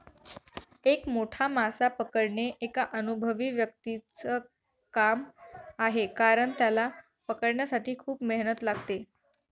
एक मोठा मासा पकडणे एका अनुभवी व्यक्तीच च काम आहे कारण, त्याला पकडण्यासाठी खूप मेहनत लागते